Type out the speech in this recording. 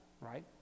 right